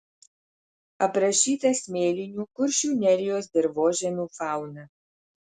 aprašyta smėlinių kuršių nerijos dirvožemių fauna